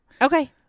Okay